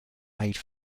made